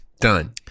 Done